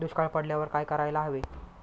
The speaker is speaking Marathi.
दुष्काळ पडल्यावर काय करायला हवे?